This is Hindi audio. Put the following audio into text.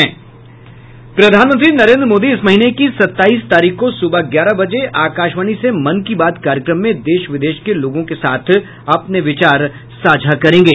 प्रधानमंत्री नरेन्द्र मोदी इस महीने की सताईस तारीख को सुबह ग्यारह बजे आकाशवाणी से मन की बात कार्यक्रम में देश विदेश के लोगों के साथ अपने विचार साझा करेंगे